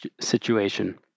situation